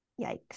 Yikes